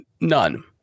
None